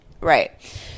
Right